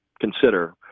consider